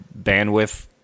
bandwidth